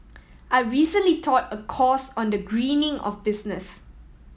I recently taught a course on the greening of business